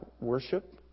worship